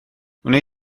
wnei